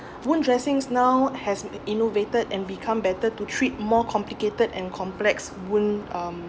wound dressings now hasn't innovated and become better to treat more complicated and complex wound um